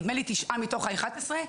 נדמה לי תשעה מתוך ה-11,